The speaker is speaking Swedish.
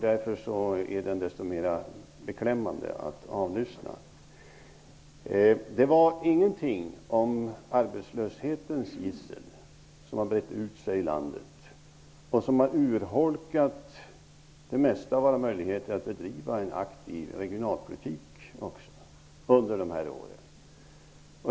Därför är den desto mer beklämmande att avlyssna. Det sades ingenting om arbetslöshetens gissel, som har brett ut sig i landet och som har urholkat det mesta av våra möjligheter att bedriva en aktiv regionalpolitik under dessa år.